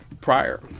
prior